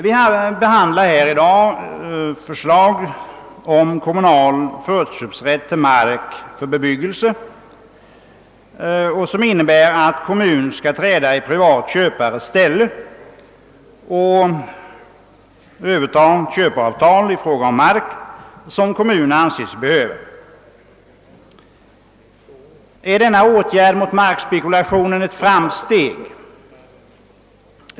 Vi behandlar i dag förslag om kommunal förköpsrätt till mark för bebyggelse, vilket innebär att kommun skall träda i privat köpares ställe och överta köpeavtal i fråga om mark som kommunen anses behöva. Är denna åtgärd mot markspekulationen ett framsteg?